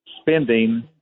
spending